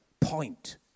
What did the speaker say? point